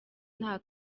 nta